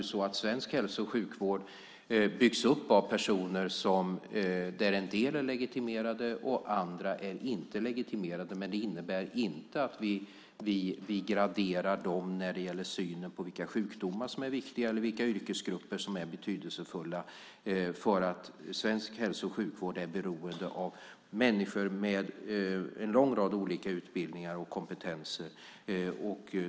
Svensk hälso och sjukvård byggs naturligtvis upp av personer av vilka en del är legitimerade och andra inte är legitimerade. Men det innebär inte att vi graderar dem när det gäller synen på vilka sjukdomar som är viktiga eller vilka yrkesgrupper som är betydelsefulla. Svensk hälso och sjukvård är beroende av människor med en lång rad olika utbildningar och kompetenser.